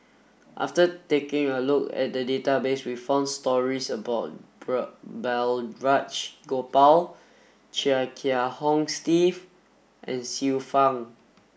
after taking a look at the database we found stories about Balraj Gopal Chia Kiah Hong Steve and Xiu Fang